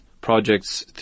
projects